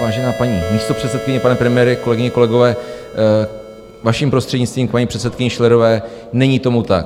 Vážená paní místopředsedkyně, pane premiére, kolegyně, kolegové, vaším prostřednictvím, k paní předsedkyni Schillerové není tomu tak.